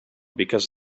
because